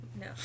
No